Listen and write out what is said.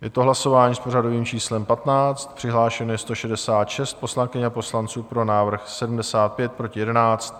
Je to hlasování s pořadovým číslem 15, přihlášeno je 166 poslankyň a poslanců, pro návrh 75, proti 11.